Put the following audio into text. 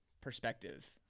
perspective